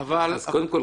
אז קודם כל,